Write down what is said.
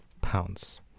pounds